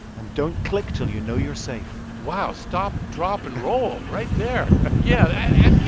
and don't click until you know you're safe wow. stop, drop and roll right there yeah. you